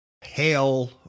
hail